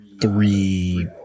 three